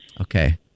Okay